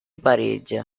parigi